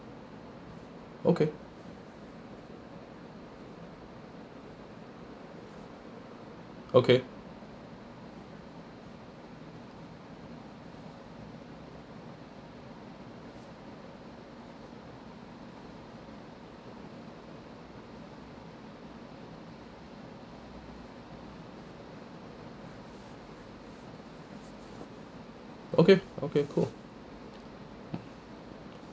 okay okay okay okay cool